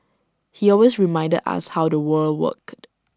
he always reminded us how the world worked